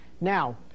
Now